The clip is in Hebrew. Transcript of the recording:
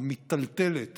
המיטלטלת